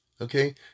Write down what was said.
okay